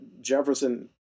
Jefferson